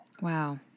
Wow